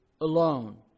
alone